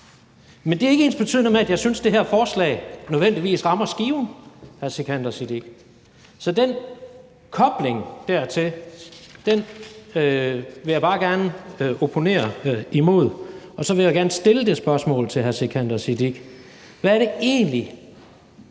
Men det er ikke ensbetydende med, at jeg synes, det her forslag nødvendigvis rammer skiven, hr. Sikandar Siddique. Så den kobling dertil vil jeg bare gerne opponere imod. Og så vil jeg gerne stille det spørgsmål til hr. Sikandar Siddique: Hvad er det egentlig,